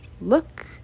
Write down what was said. look